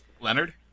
Leonard